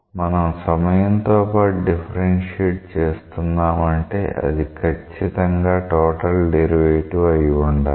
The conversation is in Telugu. మనం సమయంతో పాటు డిఫరెన్షియేట్ చేస్తున్నాం అంటే అది కచ్చితంగా టోటల్ డెరివేటివ్ అయి ఉండాలి